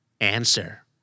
answer